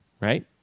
right